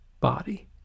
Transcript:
body